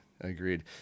Agreed